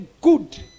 good